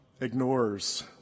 ignores